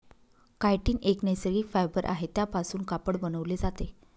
chitin एक नैसर्गिक fibre आहे त्यापासून कापड बनवले जाते